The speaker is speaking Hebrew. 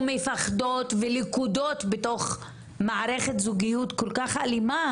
ומפחדות ולכודות בתוך מערכת זוגיות כל כך אלימה